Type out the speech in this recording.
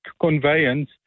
conveyance